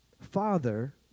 Father